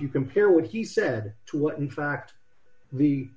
you compare what he said to what in fact the